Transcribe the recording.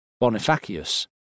Bonifacius